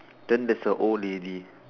then there is a old lady